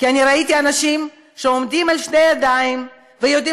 אני ראיתי אנשים שעומדים על שתי רגליים ויודעים